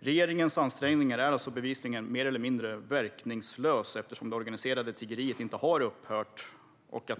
Eftersom det organiserade tiggeriet inte har upphört är regeringens ansträngningar bevisligen mer eller mindre verkningslösa.